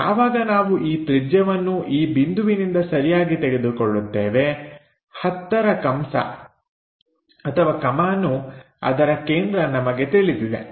ಯಾವಾಗ ನಾವು ಈ ತ್ರಿಜ್ಯವನ್ನು ಈ ಬಿಂದುವಿನಿಂದ ಸರಿಯಾಗಿ ತೆಗೆದುಕೊಳ್ಳುತ್ತೇವೆ 10 ರ ಕಂಸ ಅದರ ಕೇಂದ್ರ ನಮಗೆ ತಿಳಿದಿದೆ